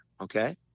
okay